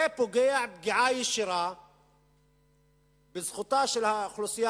זה פוגע פגיעה ישירה בזכותה של האוכלוסייה